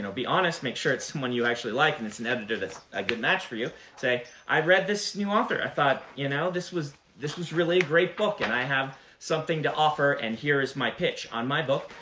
you know be honest. make sure it's someone you actually like and it's an editor that's a good match for you. say, i've read this new author. i thought you know this was this was really a great book. and i have something to offer, and here is my pitch on my book.